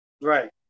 Right